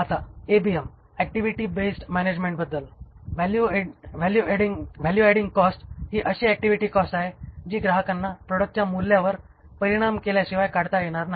आता ABM activity based मॅनेजमेंटबद्दल value adding cost ही अशी ऍक्टिव्हिटी कॉस्ट आहे जी ग्राहकांना प्रॉडक्टच्या मूल्यावर परिणाम केल्याशिवाय काढता येणार नाही